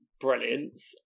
brilliance